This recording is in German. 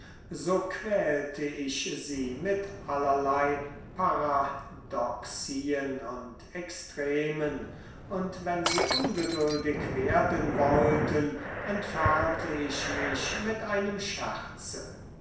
so quälte ich sie mit allerlei paradoxien und extremen und wenn sie ungeduldig werden wollten entfernte ich mich mit einem